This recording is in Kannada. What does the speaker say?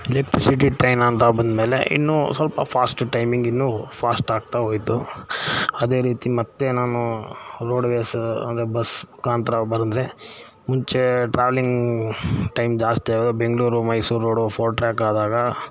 ಇಲೆಕ್ಟ್ರಿಸಿಟಿ ಟ್ರೈನು ಅಂತ ಬಂದ್ಮೇಲೆ ಇನ್ನೂ ಸ್ವಲ್ಪ ಫಾಸ್ಟ್ ಟೈಮಿಂಗ್ ಇನ್ನೂ ಫಾಸ್ಟ್ ಆಗ್ತಾ ಹೋಯ್ತು ಅದೇ ರೀತಿ ಮತ್ತೆ ನಾನು ರೋಡ್ ವೇಸ ಅಂದರೆ ಬಸ್ ಮುಖಾಂತ್ರ ಬಂದರೆ ಮುಂಚೆ ಟ್ರಾವೆಲಿಂಗ್ ಟೈಮ್ ಜಾಸ್ತಿ ಆಗ Bengaluru Mysuru road four track ಆದಾಗ